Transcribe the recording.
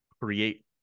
create